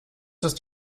ist